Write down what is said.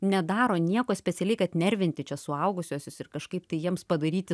nedaro nieko specialiai kad nervinti čia suaugusiuosius ir kažkaip tai jiems padaryti